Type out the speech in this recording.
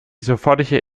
sofortige